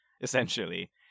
essentially